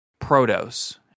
Protos